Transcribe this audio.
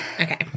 Okay